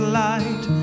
light